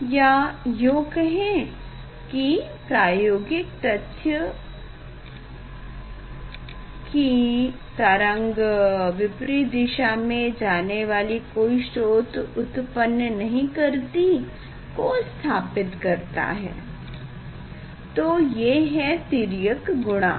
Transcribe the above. या यों कहें कि प्रायोगिक तथ्य की तरंग विपरीत दिशा में जाने वाली कोई स्रोत उत्पन्न नहीं करती को स्थापित करता है तो ये है तिर्यक गुणांक